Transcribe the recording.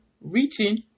reaching